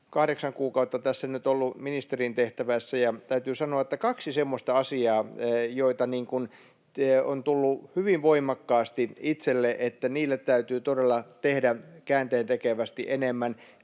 kuukautta tässä nyt olen ollut ministerin tehtävässä, ja täytyy sanoa, että on kaksi semmoista asiaa, joista on tullut hyvin voimakkaasti itselle tunne, että niille täytyy todella tehdä käänteentekevästi enemmän